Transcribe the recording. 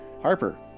Harper